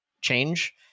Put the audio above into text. change